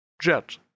Jet